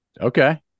Okay